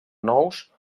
nous